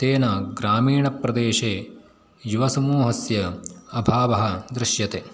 तेन ग्रामीणप्रदेशे युवसमूहस्य अभावः दृश्यते